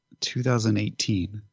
2018